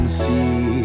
see